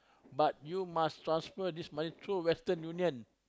but you must transfer this money through Western-Union